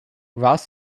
ross